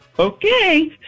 Okay